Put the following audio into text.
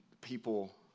people